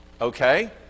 okay